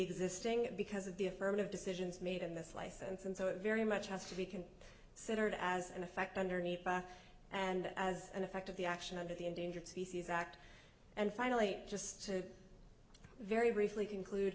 existing because of the affirmative decisions made in this license and so it very much has to be can centered as an effect underneath and as an effect of the action under the endangered species act and finally just very briefly conclude